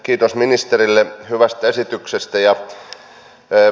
kiitos ministerille hyvästä esityksestä